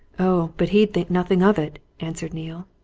oh, but he'd think nothing of it! answered neale.